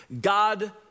God